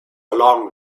long